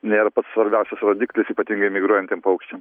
nėra pats svarbiausias rodiklis ypatingai migruojantiem paukščiam